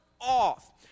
off